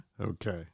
Okay